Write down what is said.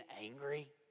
angry